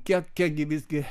kiek gi visgi